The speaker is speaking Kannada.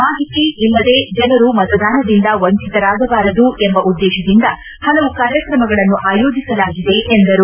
ಮಾಹಿತಿ ಇಲ್ಲದೆ ಜನರು ಮತದಾನದಿಂದ ವಂಚಿತರಾಗಬಾರದು ಎಂಬ ಉದ್ದೇಶದಿಂದ ಹಲವು ಕಾರ್ಯಕ್ರಮಗಳನ್ನು ಆಯೋಜಿಸಲಾಗಿದೆ ಎಂದರು